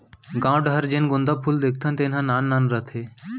गॉंव डहर जेन गोंदा फूल देखथन तेन ह नान नान रथे